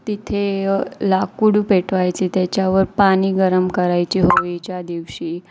तिथे लाकूड पेटवायचे त्याच्यावर पाणी गरम करायची होळीच्या दिवशी